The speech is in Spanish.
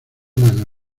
mano